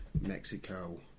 Mexico